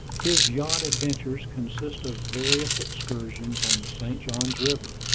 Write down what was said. his yacht adventures consist of various excursions on the st. johns river,